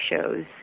shows